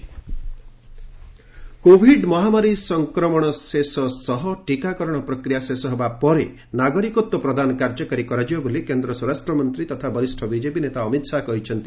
Amit Shah covid ମହାମାରୀ ସଂକ୍ରମଣ ଶେଷ ସହ ଟିକାକରଣ ପ୍ରକ୍ରିୟା ଶେଷ ହେବା ପରେ ନାଗରିକତ୍ୱ ପ୍ରଦାନ କାର୍ଯ୍ୟକାରୀ କରାଯିବ ବୋଲି କେନ୍ଦ୍ର ସ୍କରାଷ୍ଟ ମନ୍ତ୍ରୀ ତଥା ବରିଷ୍ଣ ବିଜେପି ନେତା ଅମିତ ଶାହା କହିଛନ୍ତି